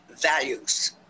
values